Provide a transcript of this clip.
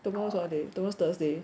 tomorrow is what day tomorrow is thursday